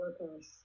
workers